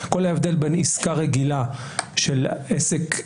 כל ההבדל בין עסקה רגילה של עסק,